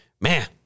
Man